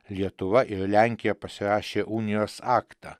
lietuva ir lenkija pasirašė unijos aktą